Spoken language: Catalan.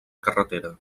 carretera